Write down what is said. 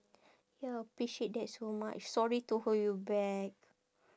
ya appreciate that so much sorry to hold you back